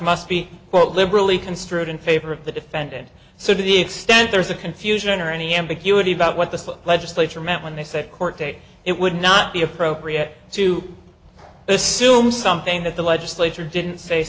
be liberally construed in favor of the defendant so to the extent there is a confusion or any ambiguity about what the legislature meant when they said court day it would not be appropriate to assume something that the legislature didn't say